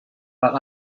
but